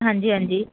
ਹਾਂਜੀ ਹਾਂਜੀ